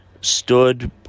Stood